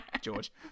George